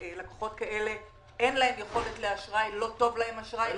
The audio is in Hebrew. לקוחות כאלה אין יכולת לאשראי, לא טוב להם אשראי?